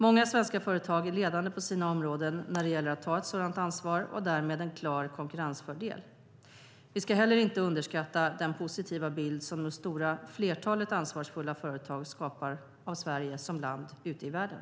Många svenska företag är ledande på sina områden när det gäller att ta ett sådant ansvar och har därmed en klar konkurrensfördel. Vi ska inte heller underskatta den positiva bild som det stora flertalet ansvarsfulla företag skapar av Sverige som land ute i världen.